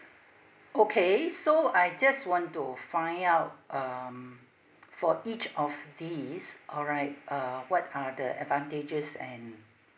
okay so I just want to find out um for each of these alright uh what are the advantages and